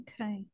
Okay